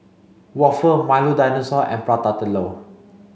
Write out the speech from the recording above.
Waffle Milo dinosaur and Prata Telur